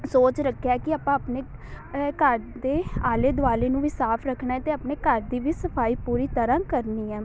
ਸੋਚ ਰੱਖਿਆ ਕਿ ਆਪਾਂ ਆਪਣੇ ਅ ਘਰ ਦੇ ਆਲੇ ਦੁਆਲੇ ਨੂੰ ਵੀ ਸਾਫ਼ ਰੱਖਣਾ ਅਤੇ ਆਪਣੇ ਘਰ ਦੀ ਵੀ ਸਫਾਈ ਪੂਰੀ ਤਰ੍ਹਾਂ ਕਰਨੀ ਹੈ